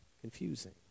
confusing